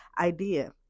idea